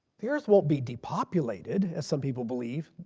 the earth won't be depopulated as some people believe.